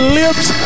lips